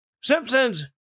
Simpsons